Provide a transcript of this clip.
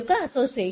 association